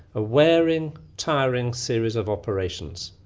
a wearing tiring series of operations.